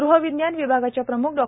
गृहविज्ञान विभागाच्या प्रम्ख डॉ